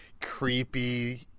creepy